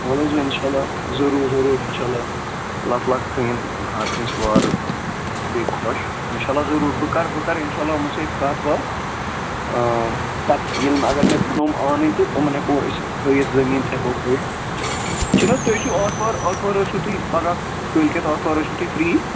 وَل حظ وۅنۍ اِنشاء اللہ ضروٗر ضروٗر اِنشاء اللہ لَتھ لَک تھٲیِن ہر کٲنٛسہِ وارٕ تہٕ بیٚیہِ خۄش اِنشاء اللہ ضروٗر بہٕ کَرٕ بہٕ کَرٕ اِنشاء اللہ یِمَن سۭتۍ کَتھ باتھ پَتہٕ ییٚلہِ مےٚ اگر مےٚ پٮ۪نوُم آنٕنۍ تہٕ یِمَن ہٮ۪کو أسۍ ہٲیِتھ زٔمیٖن تہِ ہٮ۪کو ہٲیِتھ چھُنہ حظ تُہۍ ٲسِو آتھوار آتھوار ٲسِو تُہۍ پگاہ کٲلکٮ۪تھ آتھوارٲسِو تُہۍ فِرٛی